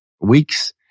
weeks